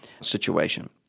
situation